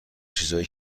چیزای